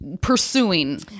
pursuing